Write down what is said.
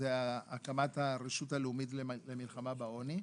הוא הקמת הרשות העולמית למלחמה בעוני,